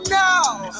now